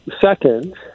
Second